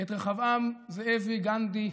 את רחבעם זאבי גנדי האיש.